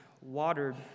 watered